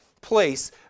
place